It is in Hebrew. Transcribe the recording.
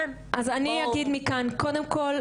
אז אני אגיד מכאן: קודם כל,